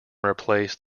replace